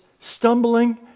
stumbling